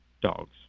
dogs